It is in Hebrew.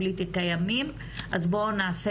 בואי נהיה